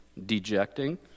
dejecting